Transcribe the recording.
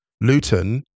Luton